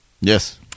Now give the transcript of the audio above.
Yes